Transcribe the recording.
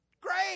great